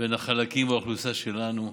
בין החלקים באוכלוסייה שלנו,